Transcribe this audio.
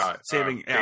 saving